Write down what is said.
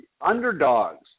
Underdogs